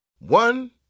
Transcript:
One